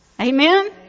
Amen